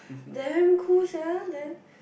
damn cool sia then